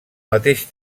mateix